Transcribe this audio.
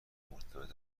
مرتبط